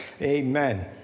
Amen